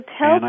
tell